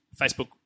Facebook